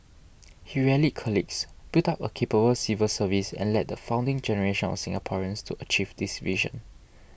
he rallied colleagues built up a capable civil service and led the founding generation of Singaporeans to achieve this vision